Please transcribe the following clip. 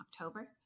October